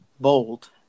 bold